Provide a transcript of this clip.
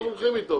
אנחנו הולכים אתו,